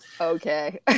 Okay